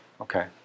Okay